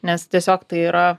nes tiesiog tai yra